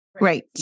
Right